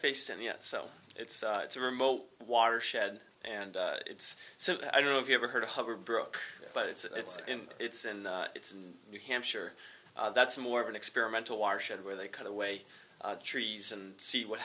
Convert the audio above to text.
face and yet so it's it's a remote watershed and it's so i don't know if you ever heard of hover broke but it's it's and it's and new hampshire that's more of an experimental watershed where they cut away trees and see what